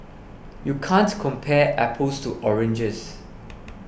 you can't compare apples to oranges